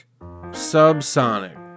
Subsonic